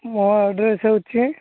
ମୋ ଆଡ୍ରେସ୍ ହେଉଛି